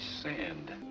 sand